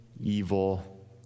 evil